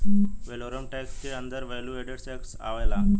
valorem tax के अंदर value added tax आवेला